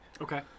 Okay